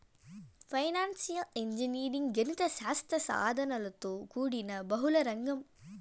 financial engineering గణిత శాస్త్ర సాధనలతో కూడిన బహుళ రంగం